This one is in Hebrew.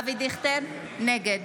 אבי דיכטר, נגד